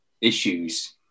issues